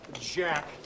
Jack